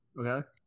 Okay